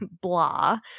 blah